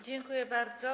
Dziękuję bardzo.